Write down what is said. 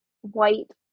white